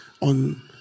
on